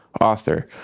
author